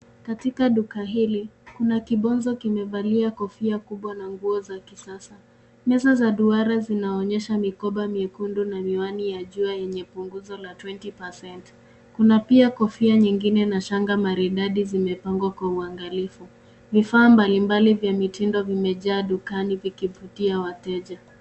Katika duka hili kuna kibonzo lililovalia kofia kubwa na nguo za kisasa meza za duara zinaonyesha mikoba miekundu na miwani ya jua yenye punguza la twenty percent ukarabatikuna pia kofia nyingine na shanga maridadi zimepangwa kwa uangalifu vifaa mbalimbali vya mitindo vimejaa dukani vikivutia wateja.